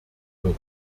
wird